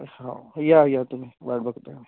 हो या या तुम्ही वाट बघतो आहे मी